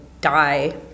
die